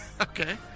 Okay